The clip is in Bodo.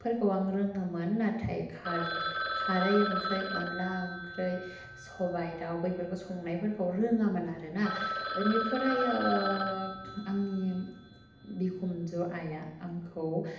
फोरखौ आं रोङोमोन नाथाय खार खारै ओंख्रै अनला ओंख्रै सबाइ दाउ बैफोरखौ संनायफोरखौ रोङामोन आरोना बिनिफ्रायो आंनि बिखुनजो आइआ आंखौ